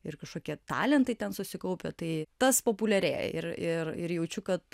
ir kažkokie talentai ten susikaupę tai tas populiarėja ir ir ir jaučiu kad